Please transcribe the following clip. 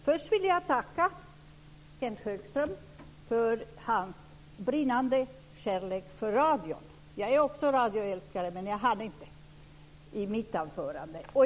Fru talman! Först vill jag tacka Kenth Högström för hans brinnande kärlek till radion. Jag är också radioälskare, men jag hann inte framföra det i mitt anförande.